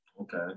Okay